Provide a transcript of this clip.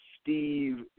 Steve